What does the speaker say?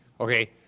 Okay